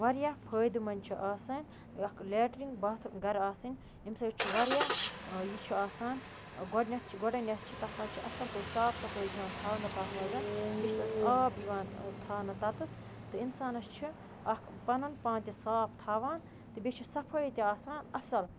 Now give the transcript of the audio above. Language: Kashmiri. واریاہ فٲیدٕ منٛد چھُ آسان یہِ اَکھ لیٹریٖن باتھ گَرٕ آسٕنۍ اَمہِ سۭتۍ چھُ واریاہ یہِ چھُ آسان گۄڈنٮ۪تھ چھِ گۄڈنٮ۪تھ چھِ تَتھ منٛز چھِ اَصٕل پٲٹھۍ صاف صفٲیی چھِ یِوان تھاونہٕ تَتھ منٛز بیٚیہِ چھِ تَس آب یِوان تھاونہٕ تَتَس تہٕ اِنسانَس چھِ اَکھ پَنُن پان تہِ صاف تھاوان تہٕ بیٚیہِ چھِ صفٲیی تہِ آسان اَصٕل